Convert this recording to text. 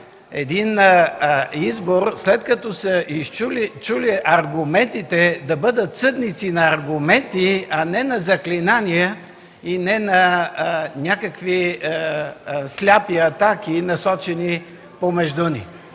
един избор, след като са чули аргументите, да бъдат съдници на аргументи, а не на заклинания и не на някакви слепи атаки, насочени помежду ни.